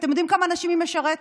אתם יודעים כמה אנשים היא משרתת?